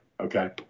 Okay